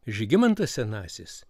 žygimantas senasis